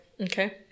okay